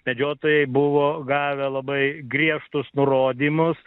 medžiotojai buvo gavę labai griežtus nurodymus